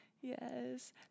Yes